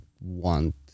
want